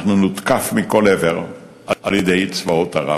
אנחנו נותקף מכל עבר על-ידי צבאות ערב.